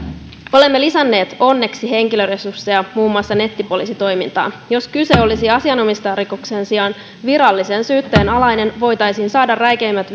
kaksituhattakuusitoista olemme lisänneet onneksi henkilöresursseja muun muassa nettipoliisitoimintaan jos kyse olisi asianomistajarikoksen sijaan virallisen syytteen alaisesta rikoksesta voitaisiin saada räikeimmät